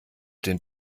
den